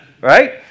Right